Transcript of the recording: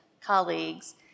colleagues